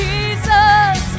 Jesus